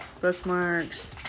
Bookmarks